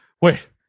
Wait